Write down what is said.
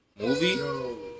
Movie